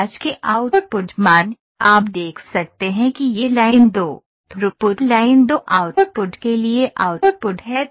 ब्याज के आउटपुट मान आप देख सकते हैं कि यह लाइन 2 थ्रूपुट लाइन 2 आउटपुट के लिए आउटपुट है